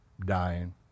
dying